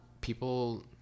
people